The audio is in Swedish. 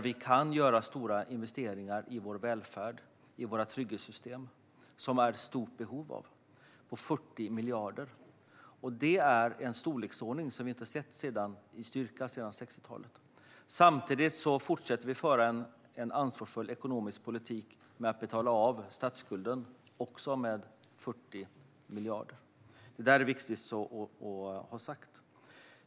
Vi kan göra investeringar på 40 miljarder i vår välfärd och våra trygghetssystem, vilket vi är i stort behov av. Det är i en storleksordning vi inte har sett sedan 60talet. Samtidigt fortsätter vi att föra en ansvarsfull ekonomisk politik genom att även betala av på statsskulden med 40 miljarder. Det är viktigt att ha sagt.